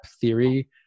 theory